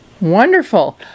wonderful